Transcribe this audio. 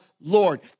Lord